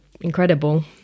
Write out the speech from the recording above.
incredible